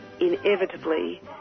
inevitably